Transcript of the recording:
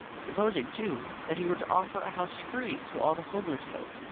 supposing, too, that he were to offer a house free to all the homeless folk,